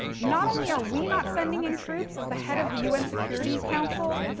not only are we not sending in troops, as the head of the un security council,